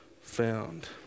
found